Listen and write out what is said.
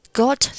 got